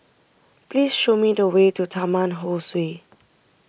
please show me the way to Taman Ho Swee